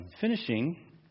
finishing